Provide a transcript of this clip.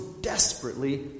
desperately